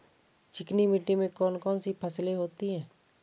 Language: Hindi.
चिकनी मिट्टी में कौन कौन सी फसलें होती हैं?